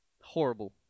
Horrible